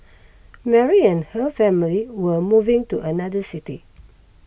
Mary and her family were moving to another city